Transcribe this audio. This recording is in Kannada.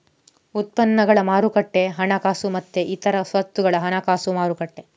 ಉತ್ಪನ್ನಗಳ ಮಾರುಕಟ್ಟೆ ಹಣಕಾಸು ಮತ್ತೆ ಇತರ ಸ್ವತ್ತುಗಳ ಹಣಕಾಸು ಮಾರುಕಟ್ಟೆ